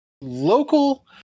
local